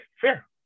fair